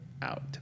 Out